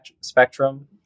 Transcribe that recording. spectrum